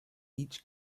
each